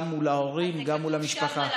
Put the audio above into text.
גם מול ההורים, גם מול המשפחה.